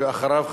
ואחריו,